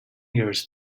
years